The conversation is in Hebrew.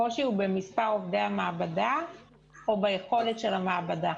הקושי הוא במספר עובדי המעבדה או ביכולת של המעבדה?